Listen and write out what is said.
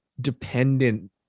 dependent